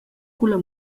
culla